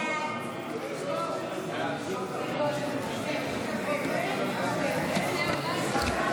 ההצעה להעביר את הצעת חוק זכויות לאנשים עם מוגבלות המועסקים כמשתקמים,